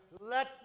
Let